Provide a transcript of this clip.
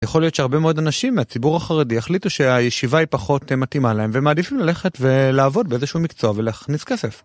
יכול להיות שהרבה מאוד אנשים מהציבור החרדי החליטו שהישיבה היא פחות, אה, מתאימה להם, ומעדיפים ללכת ו...לעבוד באיזשהו מקצוע ולהכניס כסף.